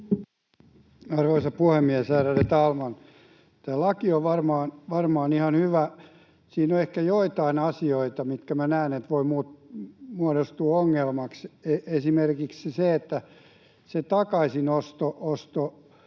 Arvoisa puhemies, ärade talman! Tämä laki on varmaan ihan hyvä. Siinä on ehkä joitain asioita, mistä minä näen, että voi muodostua ongelmaksi. Esimerkiksi se takaisinostoasia